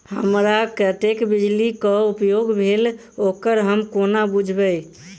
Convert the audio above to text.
हमरा कत्तेक बिजली कऽ उपयोग भेल ओकर हम कोना बुझबै?